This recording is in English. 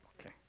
Okay